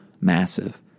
massive